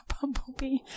bumblebee